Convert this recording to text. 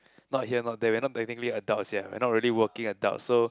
not here not there we are not technically adults yet we're not really working adults so